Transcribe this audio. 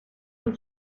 and